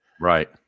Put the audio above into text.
Right